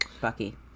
Bucky